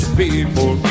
people